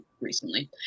recently